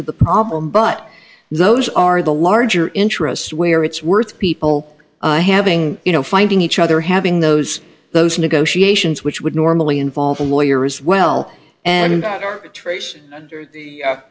to the problem but those are the larger interests where it's worth people having you know finding each other having those those negotiations which would normally involve a lawyer as well and